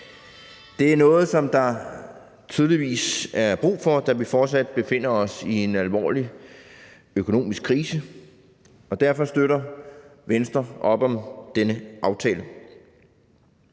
Det er noget, der tydeligvis er brug for, da vi fortsat befinder os i en alvorlig økonomisk krise, og derfor støtter Venstre op om denne aftale.